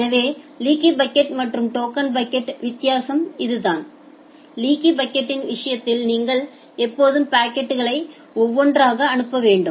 எனவே leaky bucket மற்றும் token bucket வித்தியாசம் இதுதான் லீக்கி பக்கெட்யின் விஷயத்தில் நீங்கள் எப்போதும் பாக்கெட்களை ஒவ்வொன்றாக அனுப்ப வேண்டும்